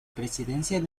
presidencia